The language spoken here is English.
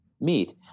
meet